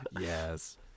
Yes